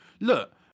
look